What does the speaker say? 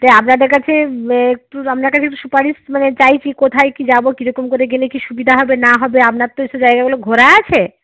তাই আপনাদের কাছে একটু আপনার কাছে একটু সুপারিশ মানে চাইছি কোথায় কী যাবো কীরকম করে গেলে কী সুবিদা হবে না হবে আবনার তো এইসব জায়গাগুলো ঘোরা আছে